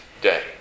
day